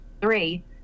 Three